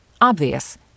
Obvious